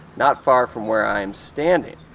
not far from where i'm standing.